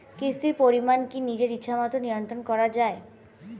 কিস্তির পরিমাণ কি নিজের ইচ্ছামত নিয়ন্ত্রণ করা যায়?